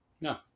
No